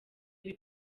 ibi